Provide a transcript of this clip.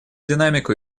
динамику